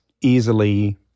easily